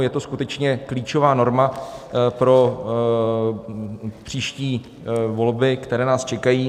Je to skutečně klíčová norma pro příští volby, které nás čekají.